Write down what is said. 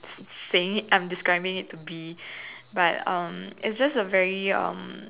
saying it I'm describing it to be but um it's just a very um